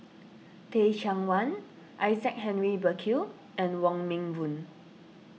Teh Cheang Wan Isaac Henry Burkill and Wong Meng Voon